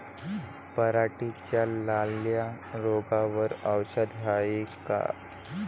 पराटीच्या लाल्या रोगावर औषध हाये का?